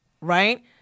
right